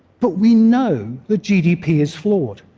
but we know that gdp is flawed.